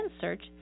search